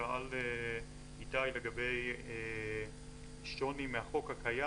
שאל איתי לגבי שוני מהחוק הקיים.